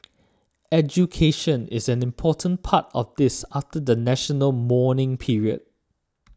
education is an important part of this after the national mourning period